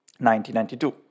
1992